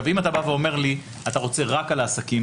אם אתה אומר לי שאתה רוצה רק על העסקים,